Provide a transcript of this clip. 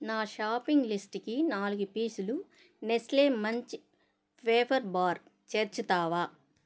నా షాపింగ్ లిస్టుకి నాలుగు పీసులు నెస్లే మంచ్ వేఫర్ బార్ చేర్చుతావా